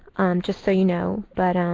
just so you know. but,